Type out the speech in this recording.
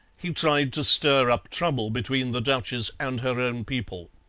he tried to stir up trouble between the duchess and her own people.